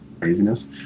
Craziness